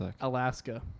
Alaska